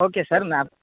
okay sir میں آپ